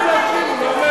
הוא לא